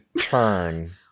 turn